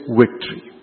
victory